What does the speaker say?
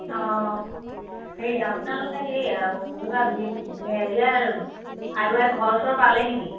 অঁ সেই আপোনালোকে সেই কিবা হেৰিয়াৰ ঘৰ চৰ পালে নেকি